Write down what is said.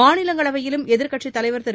மாநிலங்களவையிலும் எதிர்க்கட்சித் தலைவர் திரு